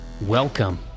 Welcome